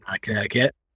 Connecticut